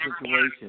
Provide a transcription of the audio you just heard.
situation